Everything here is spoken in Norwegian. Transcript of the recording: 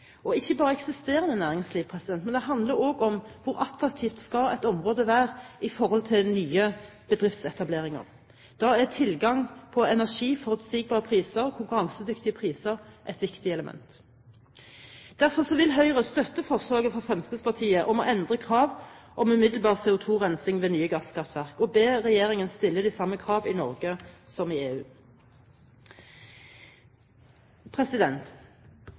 gjelder ikke bare eksisterende næringsliv, men det handler også om hvor attraktivt et område skal være for nye bedriftsetableringer. Da er tilgang på energi, forutsigbare priser og konkurransedyktige priser et viktig element. Derfor vil Høyre støtte forslaget fra Fremskrittspartiet om å endre krav om umiddelbar CO2-rensing ved nye gasskraftverk og ber regjeringen stille de samme krav i Norge som i